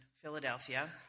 Philadelphia